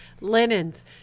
linens